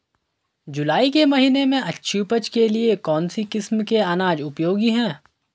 जुलाई के महीने में अच्छी उपज के लिए कौन सी किस्म के अनाज उपयोगी हैं?